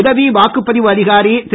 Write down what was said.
உதவி வாக்குப்பதிவு அதிகாரி திரு